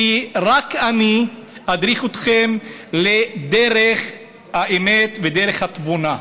כי רק אני אדריך אתכם לדרך האמת ודרך התבונה.